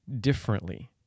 differently